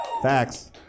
Facts